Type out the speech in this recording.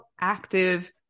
active